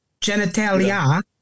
genitalia